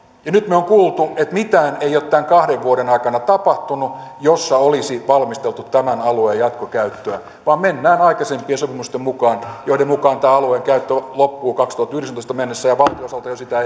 nyt me olemme kuulleet että mitään sellaista ei ole tämän kahden vuoden aikana tapahtunut että olisi valmisteltu tämän alueen jatkokäyttöä vaan mennään aikaisempien sopimusten mukaan joiden mukaan tämän alueen käyttö loppuu kaksituhattayhdeksäntoista mennessä ja valtion osalta jo sitä